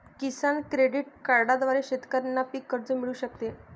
किसान credit कार्डद्वारे शेतकऱ्यांना पीक कर्ज मिळू शकते